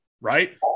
right